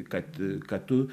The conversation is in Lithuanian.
kad kad tu